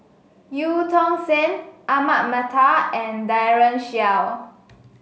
Eu Tong Sen Ahmad Mattar and Daren Shiau